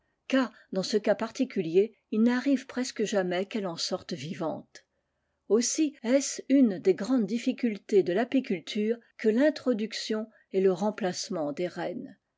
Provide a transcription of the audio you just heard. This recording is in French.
car dans ce cas particulier il n'arrive presque jamais qu'elle en sorte vivante aussi est-ce une des grandes difficultés de lapicullxire que tintroduclion et le remplacement des reines